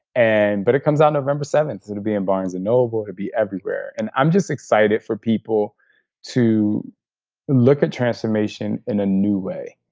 and but it comes out november seventh. it'll be in barnes and noble. it'll be everywhere and i'm just excited for people to look at transformation in a new way,